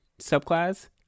subclass